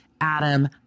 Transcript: Adam